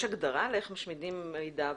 יש הגדרה לאיך משמידים מידע וירטואלי?